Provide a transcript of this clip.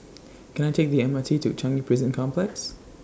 Can I Take The M R T to Changi Prison Complex